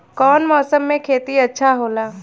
कौन मौसम मे खेती अच्छा होला?